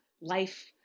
life